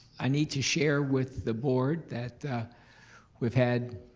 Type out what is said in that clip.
i need to share with the board that we've had